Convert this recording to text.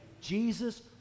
Jesus